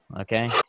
Okay